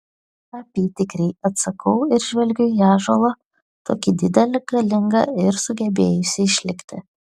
apytikriai atsakau ir žvelgiu į ąžuolą tokį didelį galingą ir sugebėjusį išlikti